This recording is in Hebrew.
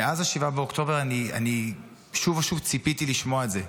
מאז 7 באוקטובר אני שוב ושוב ציפיתי לשמוע את זה.